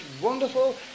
wonderful